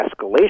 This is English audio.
escalation